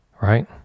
Right